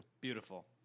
Beautiful